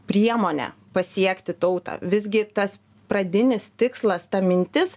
priemonė pasiekti tautą visgi tas pradinis tikslas ta mintis